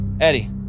Eddie